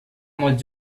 molt